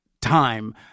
time